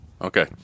okay